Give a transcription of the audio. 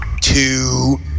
two